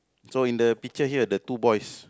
so in the picture here the two boys